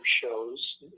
shows